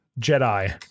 Jedi